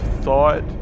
thought